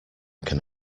can